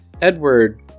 Edward